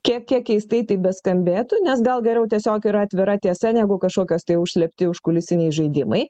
kiek kiek keistai tai beskambėtų nes gal geriau tiesiog yra atvira tiesa negu kažkokios tai užslėpti užkulisiniai žaidimai